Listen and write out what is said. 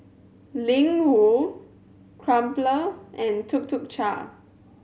Ling Wu Crumpler and Tuk Tuk Cha